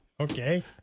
Okay